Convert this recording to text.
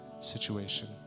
situation